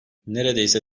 neredeyse